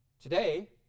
today